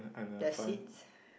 the seeds